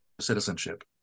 citizenship